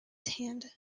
hand